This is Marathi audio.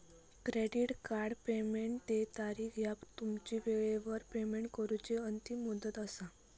क्रेडिट कार्ड पेमेंट देय तारीख ह्या तुमची वेळेवर पेमेंट करूची अंतिम मुदत असा